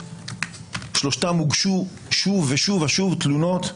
בשלושתם הוגשו שוב ושוב ושוב תלונות.